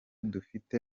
dufite